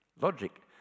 Logic